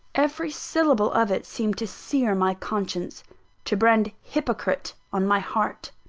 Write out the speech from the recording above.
every syllable of it seemed to sear my conscience to brand hypocrite on my heart.